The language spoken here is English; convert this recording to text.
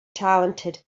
talented